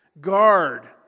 guard